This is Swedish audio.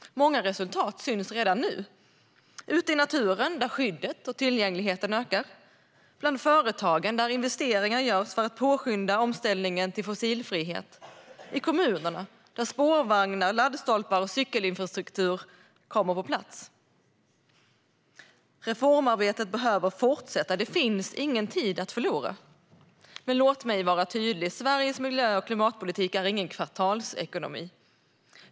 Många resultat syns redan nu: ute i naturen där skyddet och tillgängligheten ökar, bland företagen där investeringar görs för att påskynda omställningen till fossilfrihet och i kommunerna där spårvagnar, laddstolpar och cykelinfrastruktur kommer på plats. Reformarbetet behöver fortsätta. Det finns ingen tid att förlora. Men låt mig vara tydlig: Sveriges miljö och klimatpolitik är ingen kvartalsekonomi.